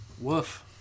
Woof